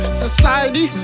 society